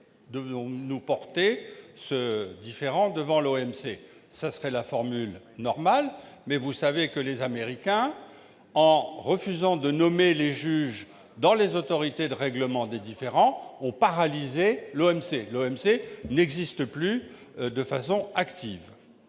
devons-nous porter ce différend devant l'OMC ? Telle serait la méthode « normale », mais vous savez que les Américains, en refusant de nommer les juges des autorités de règlement des différends, ont paralysé l'OMC. L'OMC n'existe plus de façon active.